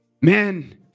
man